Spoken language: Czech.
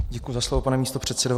Děkuji za slovo, pane místopředsedo.